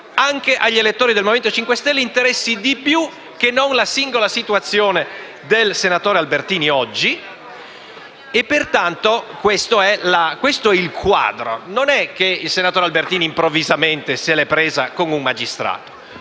anche agli elettori del Movimento 5 Stelle, interessi di più che non la singola situazione del senatore Albertini oggi. Pertanto questo è il quadro: il senatore Albertini non se l'è presa improvvisamente